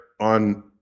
on